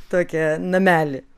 tokią namelį